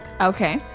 Okay